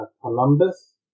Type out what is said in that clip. Columbus